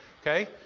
Okay